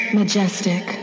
majestic